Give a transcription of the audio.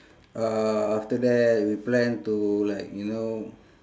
uh after that we plan to like you know